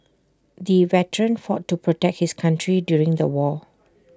the veteran fought to protect his country during the war